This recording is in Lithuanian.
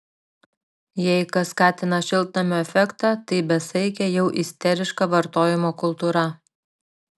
jei kas skatina šiltnamio efektą tai besaikė jau isteriška vartojimo kultūra